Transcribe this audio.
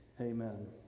amen